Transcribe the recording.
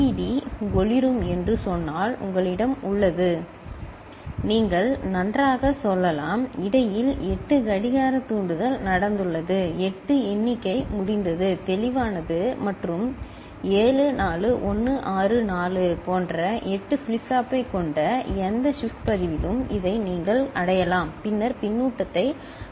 D ஒளிரும் என்று சொன்னால் உங்களிடம் உள்ளது உங்களிடம் உள்ளது நீங்கள் நன்றாக சொல்லலாம் இடையில் 8 கடிகார தூண்டுதல் நடந்துள்ளது 8 எண்ணிக்கை முடிந்தது தெளிவானது மற்றும் 74164 போன்ற 8 ஃபிளிப் ஃப்ளாப்பைக் கொண்ட எந்த ஷிப்ட் பதிவிலும் இதை நீங்கள் அடையலாம் பின்னர் பின்னூட்டத்தை அதிலிருந்து எடுக்கலாம்